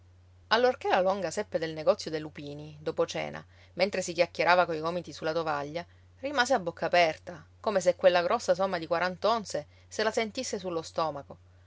allorché la longa seppe del negozio dei lupini dopo cena mentre si chiacchierava coi gomiti sulla tovaglia rimase a bocca aperta come se quella grossa somma di quarant'onze se la sentisse sullo stomaco